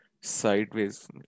sideways